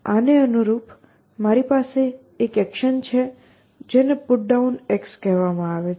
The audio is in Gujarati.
આને અનુરૂપ મારી પાસે એક એક્શન છે જેને PutDown કહેવામાં આવે છે